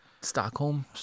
stockholm